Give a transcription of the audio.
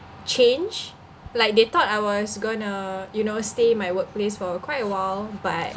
change like they thought I was going to you know stay in my workplace for quite a while but